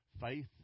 Faith